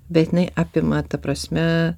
bet jinai apima ta prasme